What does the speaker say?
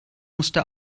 musste